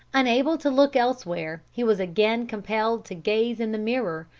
unable to look elsewhere, he was again compelled to gaze in the mirror,